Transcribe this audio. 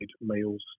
meals